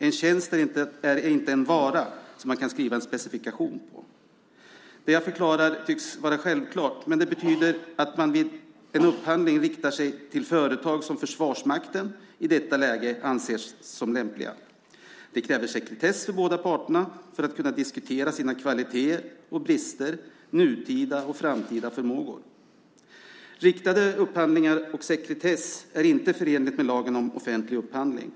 En tjänst är inte en vara som man kan skriva en specifikation för. Det jag förklarar tycks vara självklart, men det betyder att man vid en upphandling riktar sig till företag som Försvarsmakten i detta läge anser lämpliga. Det kräver sekretess för att båda parterna ska kunna diskutera sina kvaliteter och brister, nutida och framtida förmågor. Riktade upphandlingar och sekretess är inte förenligt med lagen om offentlig upphandling.